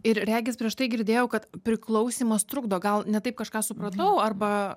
ir regis prieš tai girdėjau kad priklausymas trukdo gal ne taip kažką supratau arba